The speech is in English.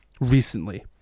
recently